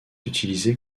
utilisé